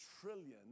trillion